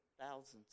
thousands